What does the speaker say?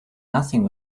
nothing